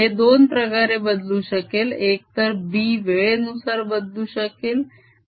हे दोन प्रकारे बदलू शकेल एकतर B वेळेनुसार बदलू शकेल